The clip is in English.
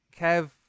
kev